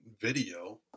video